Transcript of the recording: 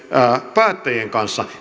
päättäjien kanssa